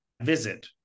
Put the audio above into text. visit